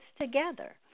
together